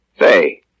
Say